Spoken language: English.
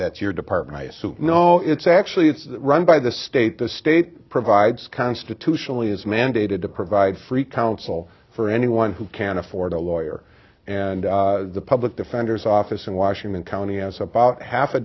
that your department no it's actually it's run by the state the state provides constitutionally is mandated to provide free counsel for anyone who can afford a lawyer and the public defender's office in washington county has about half a